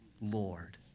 Lord